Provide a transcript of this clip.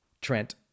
Trent